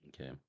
Okay